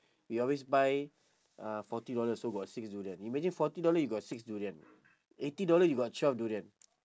we always buy uh forty dollar so about six durian imagine forty dollar you got six durian eighty dollar you got twelve durian